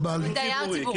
של דיור ציבורי.